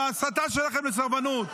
מההסתה שלכם לסרבנות.